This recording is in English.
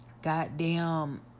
Goddamn